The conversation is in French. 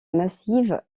massive